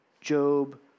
Job